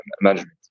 management